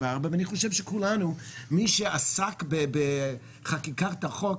מיועד למטרה כפולה.